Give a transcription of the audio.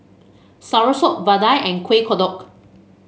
soursop vadai and Kuih Kodok